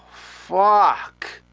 fuck!